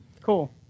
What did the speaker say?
cool